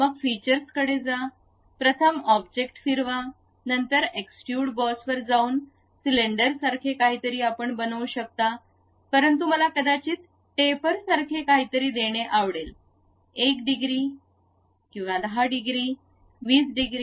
मग फीचर्सकडे जा प्रथम ऑब्जेक्ट फिरवा नंतर एक्सट्रूड बॉस वर जाऊन सिलेंडरसारखे काहीतरी आपण बनवू शकता परंतु मला कदाचित टेपर सारखे काहीतरी देणे आवडेल 1 डिग्री 10 डिग्री 20 डिग्री